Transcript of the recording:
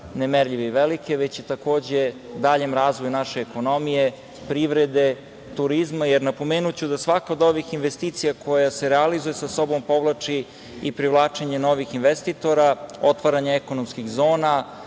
nemerljive i velike, već i takođe daljem razvoju naše ekonomije, privrede, turizma. Napomenuću da svaka od ovih investicija koja se realizuje sa sobom povlači i privlačenje novih investitora, otvaranje ekonomskih zona,